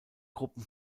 gruppen